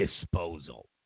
disposal